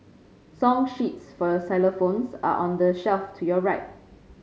song sheets for xylophones are on the shelf to your right